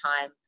time